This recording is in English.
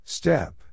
Step